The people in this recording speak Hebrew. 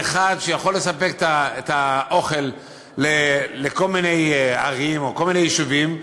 כמי שיכול לספק את האוכל לכל מיני ערים או לכל מיני יישובים.